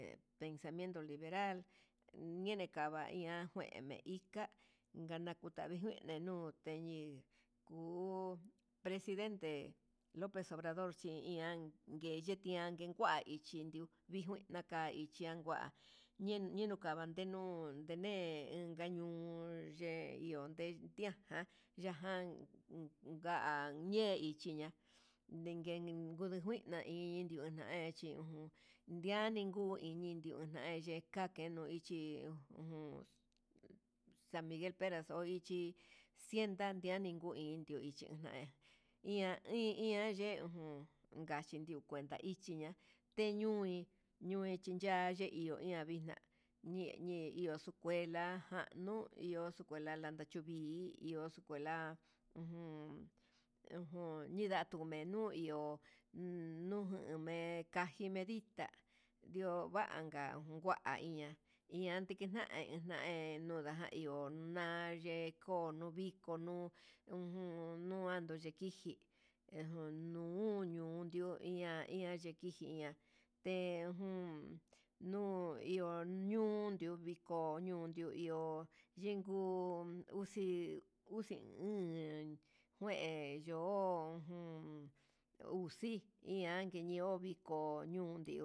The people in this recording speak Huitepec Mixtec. Ngue mesamiento liberal ihe nikama hi iha, njueme ika'a ndika name nguene nuu teñii nguu, presidente lopez obrador chi ian ngue chekangue kuai, vichi ndiu vingue niakai xhenkua yenukava, ndenuu ndene inka ñuu ye iho yen ndia jan ya'jan nga ye'e ichiña'a yengue ngudu ñaini yan ichi ñiu, aniguu ndininu nai yee kenuu ichí ngue jun san miguel peras no ichi cien andian ho indio'o ichi na'a, ian i ian ye'e ujun ngachindio kuenta ichia teñuin ye'e chichan ye iho ña'a navixna nene iña escuela, nuu ihó escuela landá yuvii iho escuela ujun ujun ñinda nuu menu no iho nuu name'e kaji medita nun nanka'a na kuaiña ian ki na'a he naja iho negue konu iko nuu ujun nuanduu yekii ji hijo nuu ñoo ndio iha na hia ndiki jia tejun no'o iho, nundu viko oñon ndu ndio yinguu uxi uxi uun hen juen yo'o ho juun uxi ian keñon viko ñondé.